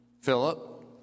Philip